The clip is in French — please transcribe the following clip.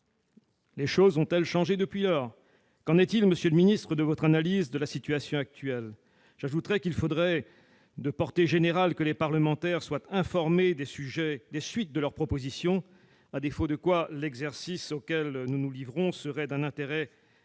Les choses ont-elles changé depuis lors ? Qu'en est-il, monsieur le ministre, de votre analyse de la situation actuelle ? Il faudrait d'ailleurs, d'une manière générale, que les parlementaires soient informés des suites de leurs propositions, à défaut de quoi l'exercice auquel ils se livrent serait d'un intérêt très